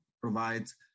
provides